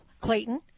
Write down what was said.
Clayton